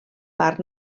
parc